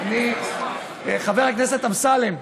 חבר הכנסת אמסלם,